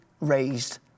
raised